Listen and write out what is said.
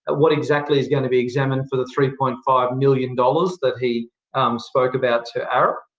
what exactly is going to be examined for the three point five million dollars that he spoke about to arup?